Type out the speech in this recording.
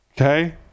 okay